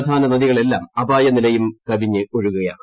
പ്രധാന നദികളെല്ലാം അപായനിലയും കവിഞ്ഞൊഴുകുകയാണ്